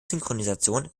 synchronisation